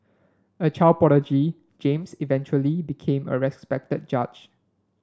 a child prodigy James eventually became a respected judge